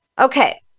Okay